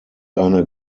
eine